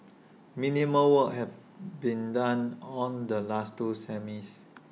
minimal work had been done on the last two semis